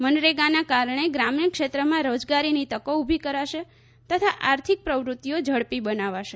મનરેગાના કારણે ગ્રામીણ ક્ષેત્રમાં રોજગારીની તકો ઉભી કરાશે તથા આર્થિક પ્રવૃત્તિઓ ઝડપી બનાવાશે